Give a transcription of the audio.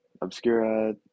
Obscura